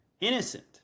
innocent